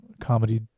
comedy